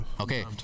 Okay